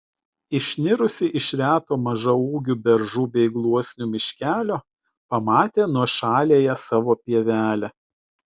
išnirusi iš reto mažaūgių beržų bei gluosnių miškelio pamatė nuošaliąją savo pievelę